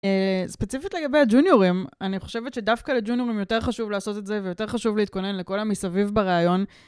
ספציפית לגבי הג'וניורים, אני חושבת שדווקא לג'וניורים יותר חשוב לעשות את זה ויותר חשוב להתכונן לכל המסביב בראיון.